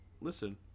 listen